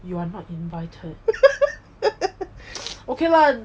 you are not invited okay lah